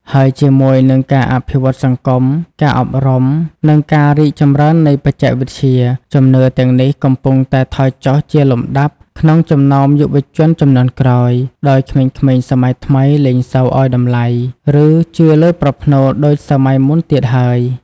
ហើយជាមួយនឹងការអភិវឌ្ឍន៍សង្គម ការអប់រំ និងការរីកចម្រើននៃបច្ចេកវិទ្យា ជំនឿទាំងនេះកំពុងតែថយចុះជាលំដាប់ក្នុងចំណោមយុវជនជំនាន់ក្រោយ ដោយក្មេងៗសម័យថ្មីលែងសូវឲ្យតម្លៃ ឬជឿលើប្រផ្នូលដូចសម័យមុនទៀតហើយ។